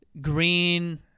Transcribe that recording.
green